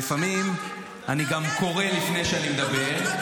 ולפעמים אני גם קורא לפני שאני מדבר.